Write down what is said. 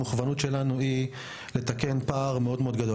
המוכוונות שלנו היא לתקן פער מאוד גדול.